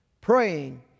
praying